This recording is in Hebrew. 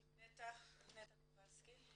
נטע קובלסקי.